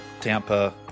Tampa